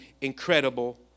incredible